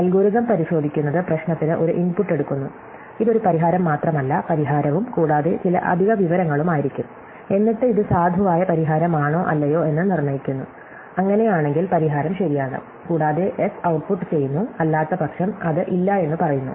algorithm പരിശോധിക്കുന്നത് പ്രശ്നത്തിന് ഒരു ഇൻപുട്ട് എടുക്കുന്നു ഇത് ഒരു പരിഹാരം മാത്രമല്ല പരിഹാരവും കൂടാതെ ചില അധിക വിവരങ്ങളും ആയിരിക്കും എന്നിട്ട് ഇത് സാധുവായ പരിഹാരമാണോ അല്ലയോ എന്ന് നിർണ്ണയിക്കുന്നു അങ്ങനെയാണെങ്കിൽ പരിഹാരം ശരിയാണ് കൂടാതെ S ഔട്ട്പുട്ട് ചെയ്യുന്നു അല്ലാത്തപക്ഷം അത് ഇല്ല എന്ന് പറയുന്നു